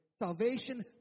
Salvation